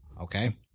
okay